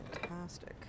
fantastic